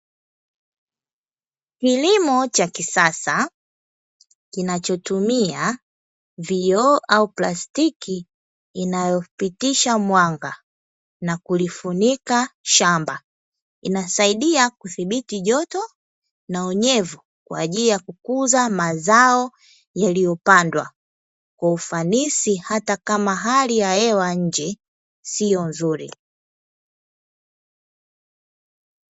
Kilimo cha kisasa kinachotumia vioo au plasitiki inayopitisha mwanga na kulifunika shamba inasaidia kudhibiti joto na unyevu kwa ajili ya kukuza mazao yaliyopandwa kwa ufanisi hata kama hali ya hewa nje sio nzuri.